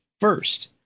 first